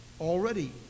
already